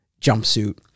jumpsuit